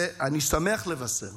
ואני שמח לבשר